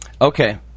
Okay